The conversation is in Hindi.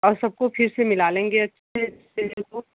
और सबको फिर से मिला लेंगे अच्छी तरह से